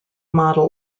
model